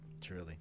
truly